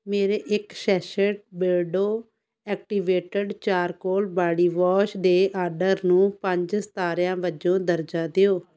ਮੇਰੇ ਇੱਕ ਸ਼ੈਸ਼ੇਟ ਬਿਲਡੋ ਐਕਟੀਵੇਟਿਡ ਚਾਰਕੋਲ ਬਾਡੀਵੋਸ਼ ਦੇ ਆਡਰ ਨੂੰ ਪੰਜ ਸਿਤਾਰਿਆਂ ਵਜੋਂ ਦਰਜਾ ਦਿਓ